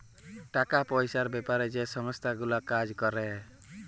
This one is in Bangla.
টাকা পয়সার বেপারে যে সংস্থা গুলা কাজ ক্যরে